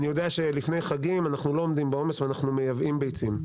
אני יודע שלפני חגים אנחנו לא עומדים בעומס ואנחנו מייבאים ביצים.